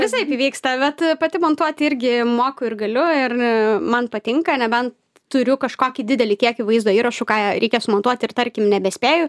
visaip įvyksta bet pati montuoti irgi moku ir galiu ir man patinka neben turiu kažkokį didelį kiekį vaizdo įrašų ką reikia sumontuoti ir tarkim nebespėju